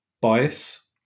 bias